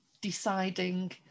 deciding